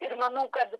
ir manau kad